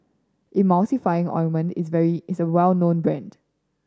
Emulsying Ointment is very is well known brand